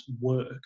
work